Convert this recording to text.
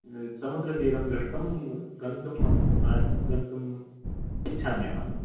समुद्रतीरं दृष्टुं गन्तुं गन्तुम् इच्छाम्यहं